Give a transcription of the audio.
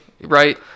right